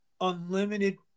unlimited